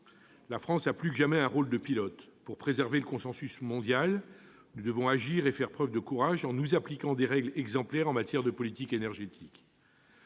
la France a plus que jamais un rôle de pilote. Pour préserver le consensus mondial, nous devons agir et faire preuve de courage en nous appliquant des règles exemplaires en matière de politique énergétique.